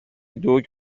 دوگ